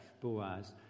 boaz